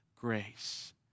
grace